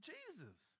Jesus